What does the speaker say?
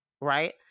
Right